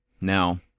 Now